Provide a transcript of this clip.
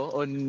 on